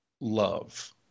love